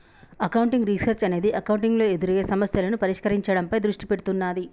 accounting research అనేది accounting లో ఎదురయ్యే సమస్యలను పరిష్కరించడంపై దృష్టి పెడుతున్నాది